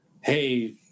hey